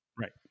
right